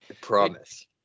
promise